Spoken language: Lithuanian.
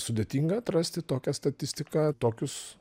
sudėtinga atrasti tokią statistiką tokius